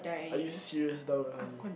are you serious double